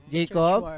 Jacob